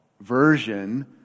version